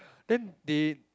then they